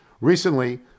Recently